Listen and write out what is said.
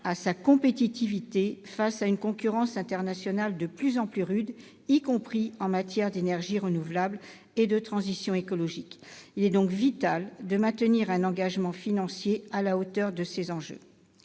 à sa compétitivité face à une concurrence internationale de plus en plus rude, y compris en matière d'énergies renouvelables et de transition écologique. Il est donc vital de maintenir un engagement financier à la hauteur des enjeux.